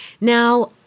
Now